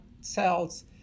cells